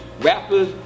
rappers